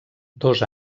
dos